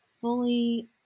fully